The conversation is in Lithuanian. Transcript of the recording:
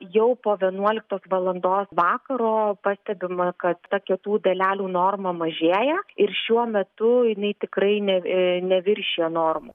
jau po vienuoliktos valandos vakaro pastebima kad ta kietų dalelių norma mažėja ir šiuo metu jinai tikrai ne neviršija normų